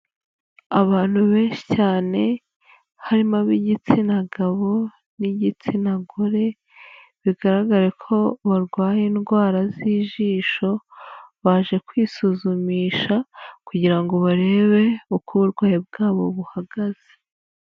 Abantu benshi cyane harimo ab'igitsina gabo n'igitsina gore bigaragare ko barwaye indwara z'ijisho, baje kwisuzumisha kugira ngo barebe uko uburwayi bwabo buhagaze.